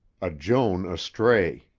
a joan astray.